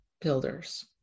builders